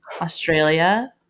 Australia